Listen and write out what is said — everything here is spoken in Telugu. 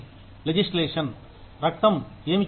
లెజిస్లేషన్ రక్తం ఏమి చెబుతుంది